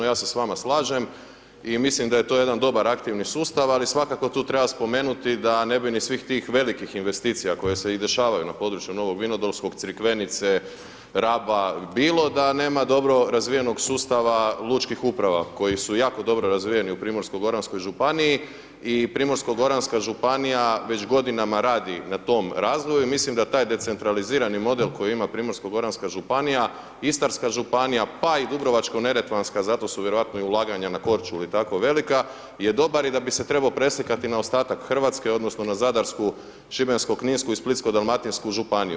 Ja se s vama slažem i mislim da je to jedan dobar aktivni sustav, ali svakako tu treba spomenuti da ne bi ni svih tih velikih investicija koje je i dešavaju na području Novog Vinodolskog, Crikvenice, Raba, bilo da nema dobro razvijenog sustava lučkih uprava koje su jako dobro razvijene u Primorsko-goranskoj županiji i Primorsko-goranska županija već godinama radi na tom razvoju i mislim da taj decentralizirani model koji ima Primorsko-goranska županija, Istarska županija, pa i Dubrovačko-neretvanska, zato su vjerojatno i ulaganja na Korčuli tako velika, je dobar i da bi se trebao preslikati na ostatak Hrvatske odnosno na Zadarsku, Šibensko-kninsku i Splitsko-dalmatinsku županiju.